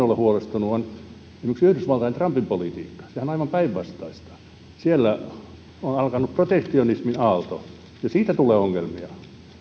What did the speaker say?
olla huolestunut on esimerkiksi yhdysvaltain trumpin politiikka sehän on aivan päinvastaista siellä on alkanut protektionismin aalto ja siitä tulee ongelmia